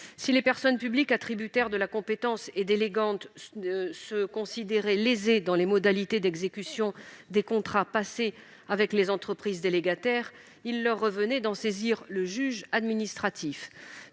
Si les personnes publiques attributaires de la compétence et délégantes se considéraient lésées dans les modalités d'exécution des contrats passés avec les entreprises délégataires, il leur reviendrait de saisir le juge administratif.